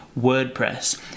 wordpress